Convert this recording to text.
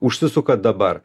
užsisuka dabar